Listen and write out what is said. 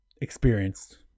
experienced